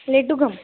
लड्डुकः